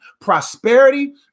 prosperity